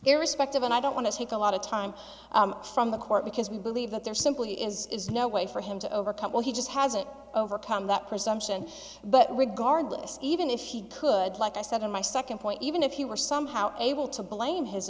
either irrespective and i don't want to take a lot of time from the court because we believe that there simply is no way for him to overcome well he just hasn't overcome that presumption but regardless even if he could like i said in my second point even if you were somehow able to blame his